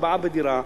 ארבעה בדירה,